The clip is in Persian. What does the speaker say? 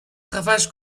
خفش